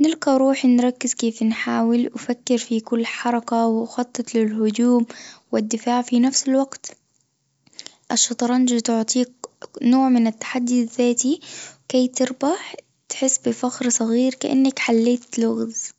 نلقى روحي نركز كيف نحاول نفكر في كل حركة ونخطط للهجوم والدفاع في نفس الوقت الشطرنج تعطيك نوع من التحدي الذاتي كي تربح تحس بفخر صغير كأنك حليت لغز.